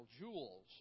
jewels